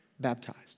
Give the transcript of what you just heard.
Baptized